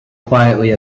quietly